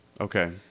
Okay